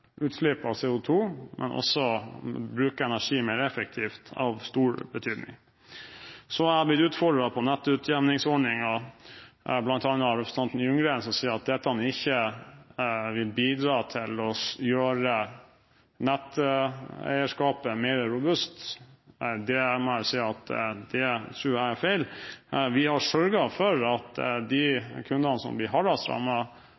utslipp av CO2, men også med å bruke energien mer effektivt, av stor betydning. Så er jeg blitt utfordret på nettutjevningsordningen bl.a. av representanten Ljunggren, som sier at dette ikke vil bidra til å gjøre netteierskapet mer robust. Det tror jeg er feil. Vi har sørget for at de